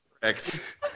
correct